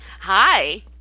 Hi